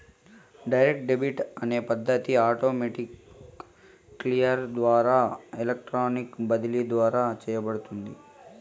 direct debit అనే పద్ధతి automated clear ద్వారా ఎలక్ట్రానిక్ బదిలీ ద్వారా చేయబడుతుంది